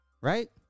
Right